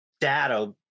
data